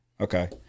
Okay